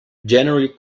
generally